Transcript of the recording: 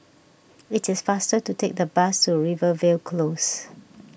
it is faster to take the bus to Rivervale Close